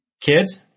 Kids